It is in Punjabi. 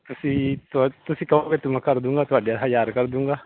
ਤੁਸੀਂ ਤੁ ਤੁਸੀਂ ਕਹੋਗੇ ਤਾਂ ਮੈਂ ਕਰ ਦੂੰਗਾ ਤੁਹਾਡੇ ਹਜ਼ਾਰ ਕਰ ਦੂੰਗਾ